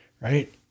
right